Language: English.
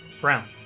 Brown